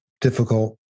difficult